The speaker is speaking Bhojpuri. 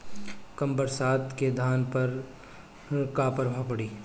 कम बरसात के धान पर का प्रभाव पड़ी?